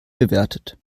bewertet